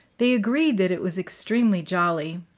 they agreed that it was extremely jolly,